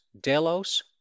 Delos